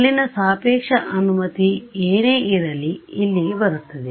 ಅಲ್ಲಿನ ಸಾಪೇಕ್ಷ ಅನುಮತಿ ಏನೇ ಇರಲಿ ಇಲ್ಲಿಗೆ ಬರುತ್ತದೆ